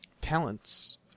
Talents